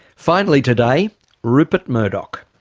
finally today rupert murdoch.